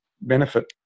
benefit